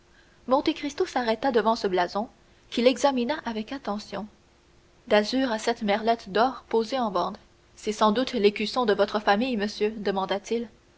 blason monte cristo s'arrêta devant ce blason qu'il examina avec attention d'azur à sept merlettes d'or posées en bande c'est sans doute l'écusson de votre famille monsieur demanda-t-il